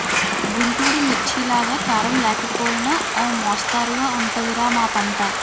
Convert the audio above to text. గుంటూరు మిర్చిలాగా కారం లేకపోయినా ఓ మొస్తరుగా ఉంటది రా మా పంట